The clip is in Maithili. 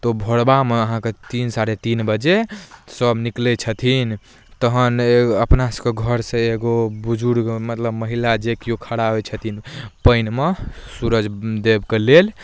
तऽ ओहि भोरबामे अहाँके तीन साढ़े तीन बजे सभ निकलै छथिन तहन अपना सभके घरसँ एगो बुजुर्ग मतलब महिला जे किओ खड़ा होइ छथिन पानिमे सूरज देवके लेल